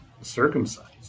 circumcised